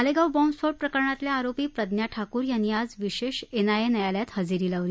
मालेगाव बॅम्बस्फोट प्रकरणातल्या आरोपी प्रज्ञा ठाकूर यांनी आज विशेष एनआयए न्यायालयात हजेरी लावली